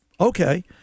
okay